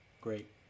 Great